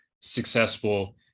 successful